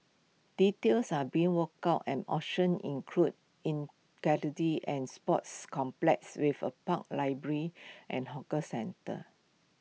details are being worked out and options include integrating and sports complex with A park library and hawker centre